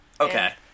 Okay